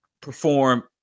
Perform